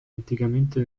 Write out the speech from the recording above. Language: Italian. anticamente